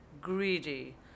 greedy